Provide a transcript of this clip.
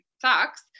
sucks